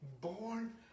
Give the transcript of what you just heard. born